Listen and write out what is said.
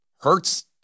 Hurts